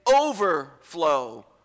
overflow